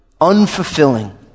unfulfilling